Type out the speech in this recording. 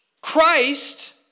Christ